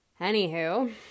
anywho